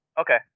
Okay